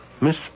Miss